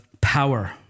Power